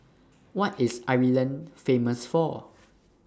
What IS Ireland Famous For